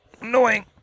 annoying